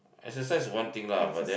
exercise is one thing lah but then